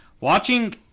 watching